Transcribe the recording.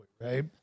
right